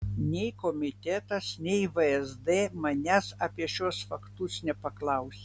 nei komitetas nei vsd manęs apie šiuos faktus nepaklausė